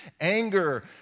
anger